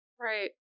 Right